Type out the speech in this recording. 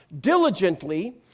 diligently